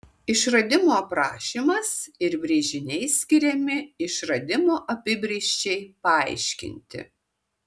išradimo aprašymas ir brėžiniai skiriami išradimo apibrėžčiai paaiškinti